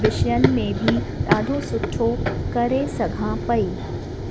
विषयनि में बि ॾाढो सुठो करे सघां पई